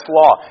law